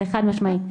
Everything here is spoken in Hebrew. זה חד משמעי.